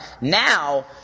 now